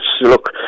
look